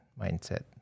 mindset